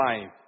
life